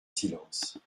silence